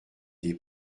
des